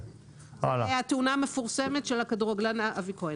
התעופה המפורסמת של הכדורגלן אבי כהן.